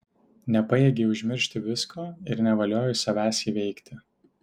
nepajėgei užmiršti visko ir nevaliojai savęs įveikti